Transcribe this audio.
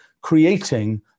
creating